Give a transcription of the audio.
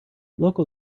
local